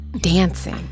dancing